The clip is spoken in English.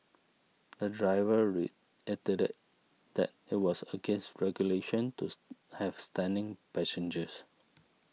the driver reiterated that it was against regulations to have standing passengers